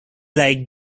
like